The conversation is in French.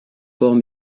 port